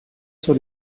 sur